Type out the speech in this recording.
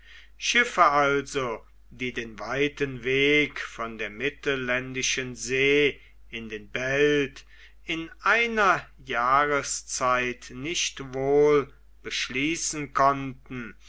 schiffe also die den weiten weg von der mittelländischen see in den belt in einer jahreszeit nicht wohl beschließen konnten